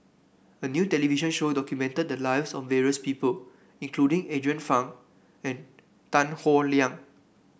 a new television show documented the lives of various people including Andrew Phang and Tan Howe Liang